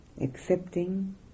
Accepting